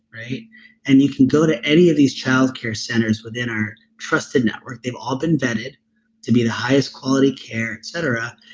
and you can go to any of these childcare centers within our trusted network. they've all been vetted to be the highest quality care et cetera,